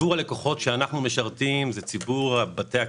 ציבור הלקוחות שאנחנו משרתים הוא ציבור בתי הקפה,